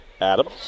Adams